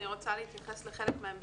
אני רוצה להתייחס לחלק מהם בקצרה.